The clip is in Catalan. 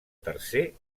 tercer